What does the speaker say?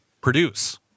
produce